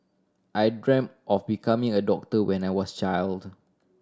I dreamt of becoming a doctor when I was child